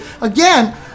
again